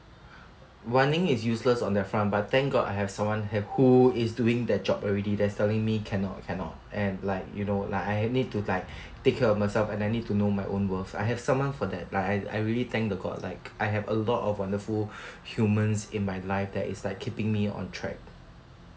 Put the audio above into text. wan ying is useless on their front but thank god I have someone help who is doing their job already that's telling me cannot cannot and like you know like I need to like take care of myself and I need to know my own worth I have someone for that like I I really thank the god like I have a lot of wonderful humans in my life that is like keeping me on track